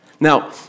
Now